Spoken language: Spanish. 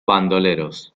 bandoleros